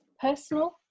personal